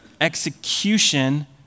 execution